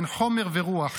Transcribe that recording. בין חומר ורוח,